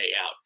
out